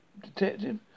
Detective